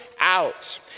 out